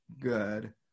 good